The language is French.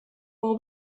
pour